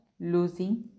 losing